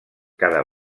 cada